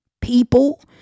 people